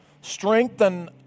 Strengthen